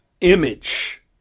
image